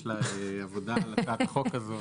יש לה עבודה על הצעת החוק הזאת.